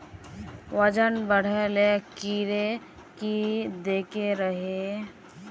वजन बढे ले कीड़े की देके रहे?